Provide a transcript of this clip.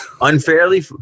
Unfairly